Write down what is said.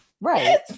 Right